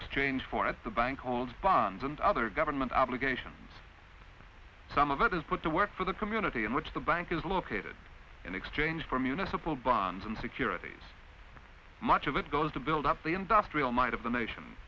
exchange for as the bank holds bonds and other government obligations some of it is put to work for the community in which the bank is located in exchange for municipal bonds and securities much of it goes to build up the industrial might of the nation